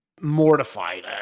mortified